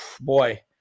boy